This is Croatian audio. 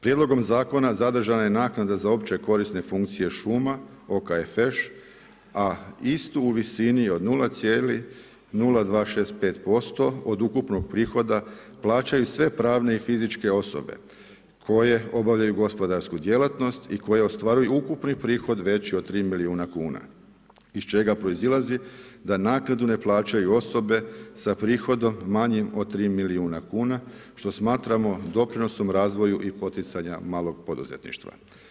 Prijedlogom zakona zadržana je naknada za opće korisne funkcije šuma OKFŠ, a istu u visini od 0,0265% od ukupnog prihoda plaćaju sve pravne i fizičke osobe koje obavljaju gospodarsku djelatnost i koje ostvaruju ukupni prihod veći od 3 milijuna kuna iz čega proizilazi da naknadu ne plaćaju osobe sa prihodom manjim od 3 milijuna kuna, što smatramo doprinosom razvoju i poticajem malog poduzetništva.